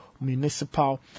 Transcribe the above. Municipal